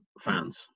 fans